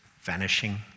vanishing